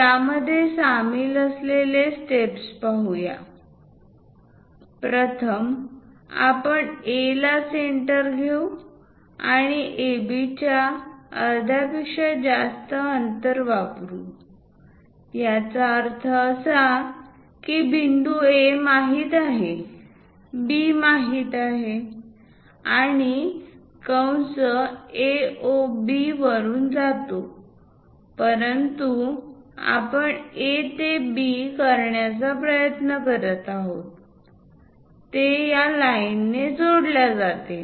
त्यामध्ये सामील असलेल्या स्टेप्स पाहू या प्रथम आपण A ला सेंटर घेऊ आणि AB च्या अर्ध्यापेक्षा जास्त अंतर वापरू याचा अर्थ असा की बिंदू A माहित आहे B माहित आहे आणि कंस A O B वरून जातो परंतु आपण A ते B करण्याचा प्रयत्न करीत आहोत हे एका लाईन ने जोडल्या जाते